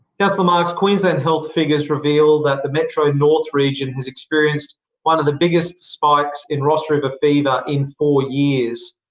yeah so ah queensland health figures reveal that the metro north region has experienced one of the biggest spikes in ross river fever in four years.